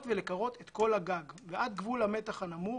ולקרות את כל הגג עד גבול המתח הנמוך